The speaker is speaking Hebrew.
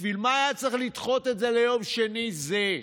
בשביל מה היה צריך לדחות את זה ליום שני זה?